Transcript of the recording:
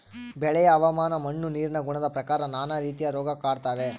ಬೆಳೆಯ ಹವಾಮಾನ ಮಣ್ಣು ನೀರಿನ ಗುಣದ ಪ್ರಕಾರ ನಾನಾ ರೀತಿಯ ರೋಗ ಕಾಡ್ತಾವೆ